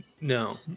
no